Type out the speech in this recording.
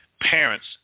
Parents